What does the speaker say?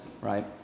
right